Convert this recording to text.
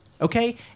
Okay